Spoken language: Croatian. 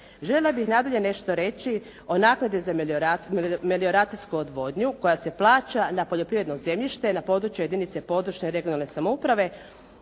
Željela bih nadalje nešto reći o naknadi za melioracijsku odvodnju koja se plaća na poljoprivredno zemljište na području jedinice područne regionalne samouprave